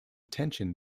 tension